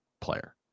player